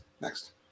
next